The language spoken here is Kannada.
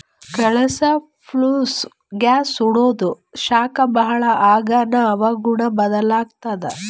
ಕೊಳಸಾ ಫ್ಯೂಲ್ಸ್ ಗ್ಯಾಸ್ ಸುಡಾದು ಶಾಖ ಭಾಳ್ ಆಗಾನ ಹವಾಗುಣ ಬದಲಾತ್ತದ